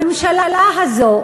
הממשלה הזאת,